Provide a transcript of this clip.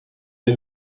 est